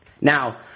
Now